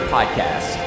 Podcast